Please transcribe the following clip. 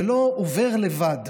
זה לא עובר לבד,